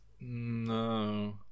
No